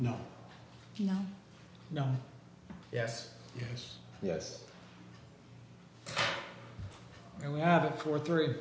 no no no yes yes yes we have a core three